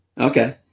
Okay